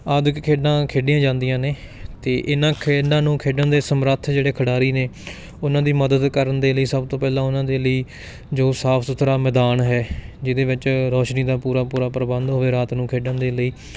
ਆਦਿਕ ਖੇਡਾਂ ਖੇਡੀਆਂ ਜਾਂਦੀਆਂ ਨੇ ਅਤੇ ਇਹਨਾਂ ਖੇਡਾਂ ਨੂੰ ਖੇਡਣ ਦੇ ਸਮਰੱਥ ਜਿਹੜੇ ਖਿਡਾਰੀ ਨੇ ਓਹਨਾਂ ਦੀ ਮਦਦ ਕਰਨ ਦੇ ਲਈ ਸਭ ਤੋਂ ਪਹਿਲਾਂ ਓਹਨਾਂ ਦੇ ਲਈ ਜੋ ਸਾਫ ਸੁਥਰਾ ਮੈਦਾਨ ਹੈ ਜਿਹਦੇ ਵਿੱਚ ਰੌਸ਼ਨੀ ਦਾ ਪੂਰਾ ਪੂਰਾ ਪ੍ਰਬੰਧ ਹੋਏ ਰਾਤ ਨੂੰ ਖੇਡਣ ਦੇ ਲਈ